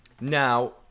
Now